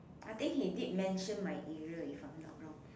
I think he did mention my area if I am not wrong